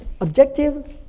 Objective